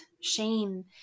shame